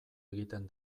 egiten